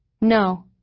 No